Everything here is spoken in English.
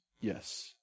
Yes